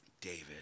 David